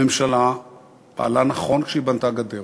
הממשלה פעלה נכון כשהיא בנתה גדר.